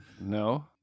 No